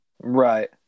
Right